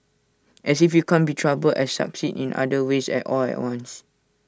as if you can't be troubled and succeed in other ways at all at once